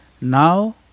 Now